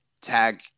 tag